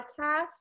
Podcast